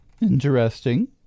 Interesting